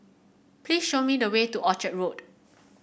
please show me the way to Orchard Road